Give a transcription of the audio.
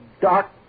dark